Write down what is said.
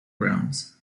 grounds